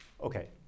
Okay